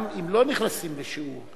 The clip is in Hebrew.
גם אם לא נכנסים לשיעור.